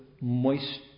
moist